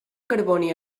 carboni